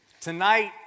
Tonight